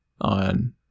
on